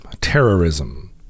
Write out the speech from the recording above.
terrorism